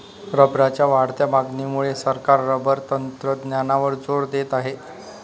रबरच्या वाढत्या मागणीमुळे सरकार रबर तंत्रज्ञानावर जोर देत आहे